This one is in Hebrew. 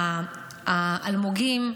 האלמוגים,